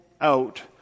out